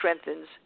strengthens